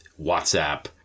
WhatsApp